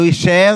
לא יישאר